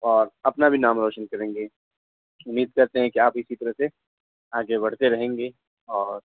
اور اپنا بھی نام روشن کریں گے امید کرتے ہیں کہ آپ اسی طرح سے آگے بڑھتے رہیں گے اور